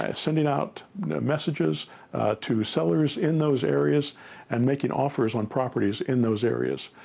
ah sending out messages to sellers in those areas and making offers on properties in those areas.